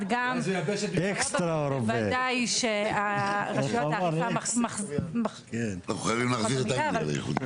אבל ודאי שרשויות האכיפה --- איך הוא אמר?